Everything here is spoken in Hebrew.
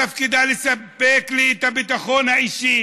תפקידה לספק לי את הביטחון האישי,